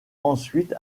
ensuite